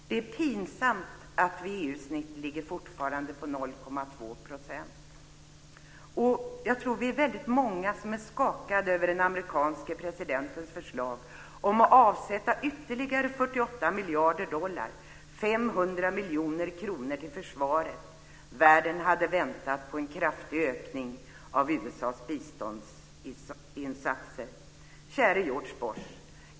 Det är pinsamt att vi i EU fortfarande ligger på ett genomsnitt på 0,2 %. Jag tror att vi är väldigt många som är skakade över den amerikanske presidentens förslag om att avsätta ytterligare 48 miljarder dollar, 500 miljarder kronor, till försvaret. Världen hade väntat på en kraftig ökning av USA:s biståndsinsatser. Käre George Bush!